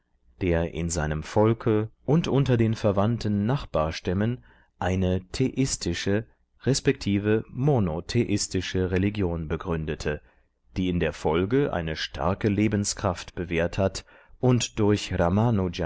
der in seinem volke und unter den verwandten nachbarstämmen eine theistische resp monotheistische religion begründete die in der folge eine starke lebenskraft bewährt hat und durch